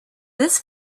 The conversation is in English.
this